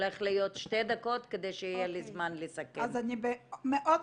מדינת ישראל חיה על נתונים לגמרי שקריים בנושא של